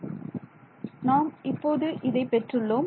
மாணவர் மாணவர் நாம் இப்போது இதை பெற்றுள்ளோம்